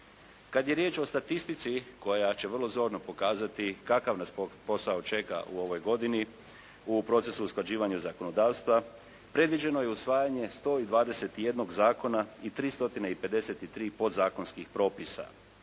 Kad je riječ o statistici koja će vrlo zorno pokazati kakav nas posao čeka u ovoj godini u procesu usklađivanja zakonodavstva predviđeno je usvajanje 121 zakona i 3 stotine i 53 podzakonskih propisa.